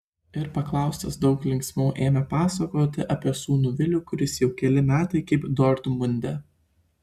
ir paklaustas daug linksmiau ėmė pasakoti apie sūnų vilių kuris jau keli metai kaip dortmunde